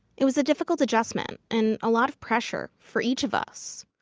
it was a difficult adjustment, and a lot of pressure for each of us.